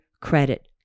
credit